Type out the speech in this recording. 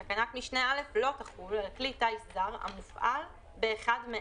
תקנת משנה (א) לא תחול על כלי טיס זר המופעל באחד מאלה: